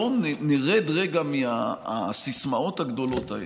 בואו נרד רגע מהסיסמאות הגדולות האלה,